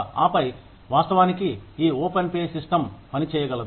ఆపై వాస్తవానికి ఈ ఓపెన్ పేస్ సిస్టం పని చేయగలదు